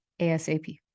ASAP